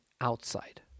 outside